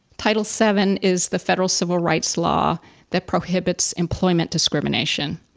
title seven is the federal civil rights law that prohibits employment discrimination.